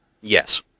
Yes